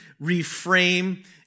reframe